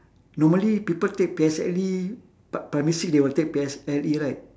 normally people take P_S_L_E p~ primary six they will take P_S_L_E right